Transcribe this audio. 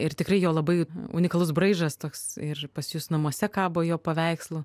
ir tikrai jo labai unikalus braižas toks ir pas jus namuose kabo jo paveikslų